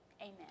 amen